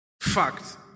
Fact